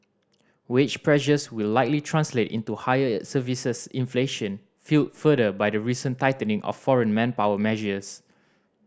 wage pressures will likely translate into higher services inflation fuelled further by the recent tightening of foreign manpower measures